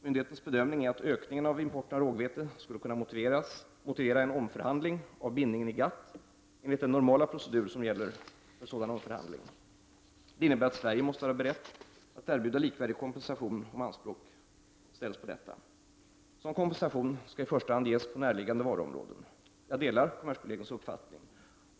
Myndighetens bedömning är att ökningen av importen av rågvete skulle kunna motivera en omförhandling av bindningen i GATT enligt den normala procedur som gäller för sådan omförhandling. Detta innebär att Sverige måste vara berett att erbjuda likvärdig kompensation om anspråk ställs på detta. Sådan kompensation skall i första hand ges på näraliggande varuområden. Jag delar kommerskollegiums uppfattning.